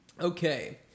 okay